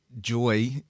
Joy